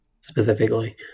specifically